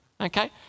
Okay